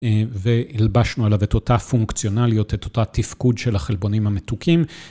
והלבשנו עליו את אותה פונקציונליות, את אותה תפקוד של החלבונים המתוקים.